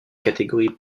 catégories